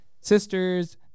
sisters